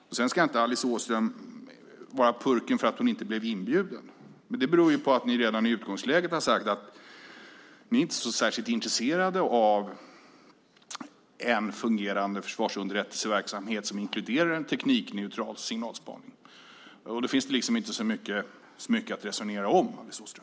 Alice Åström ska inte vara purken för att hon inte blev inbjuden. Det berodde ju på att ni redan i utgångsläget sagt att ni inte är särskilt intresserade av en fungerande försvarsunderrättelseverksamhet som inkluderar teknikneutral signalspaning. Då finns det liksom inte så mycket att resonera om, Alice Åström!